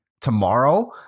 tomorrow